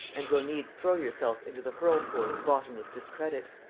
and will needs throw yourself into the hurlpool of bottomless discredit.